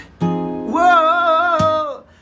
Whoa